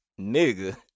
nigga